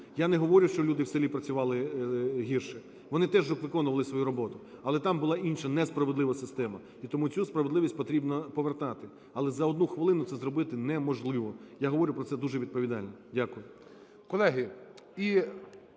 Я не говорю, що люди в селі працювали гірше, вони теж виконували свою роботу, але там була інша, несправедлива система, і тому цю справедливість потрібно повертати, але за одну хвилину це зробити неможливо, я говорю про це дуже відповідально. Дякую.